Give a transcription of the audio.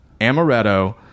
Amaretto